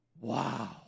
wow